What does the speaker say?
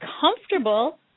comfortable